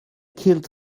killed